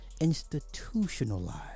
institutionalized